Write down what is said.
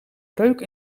breuk